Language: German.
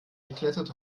geglättet